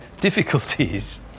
difficulties